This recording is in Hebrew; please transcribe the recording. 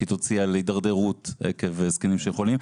כשהיא תוציא על התדרדרות עקב זקנים שחולים.